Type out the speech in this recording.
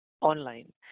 online